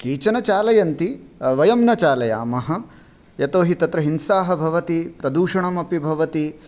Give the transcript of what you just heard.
केचन चालयन्ति वयं न चालयामः यतोहि तत्र हिंसाः भवति प्रदूषणमपि भवति